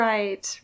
Right